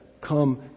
come